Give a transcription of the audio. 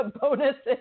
bonuses